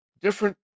different